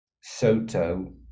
Soto